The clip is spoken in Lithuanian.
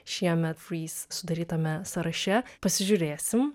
šiemet fryz sudarytame sąraše pasižiūrėsim